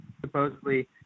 supposedly